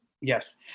Yes